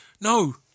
No